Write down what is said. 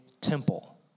temple